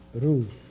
roof